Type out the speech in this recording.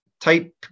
type